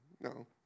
No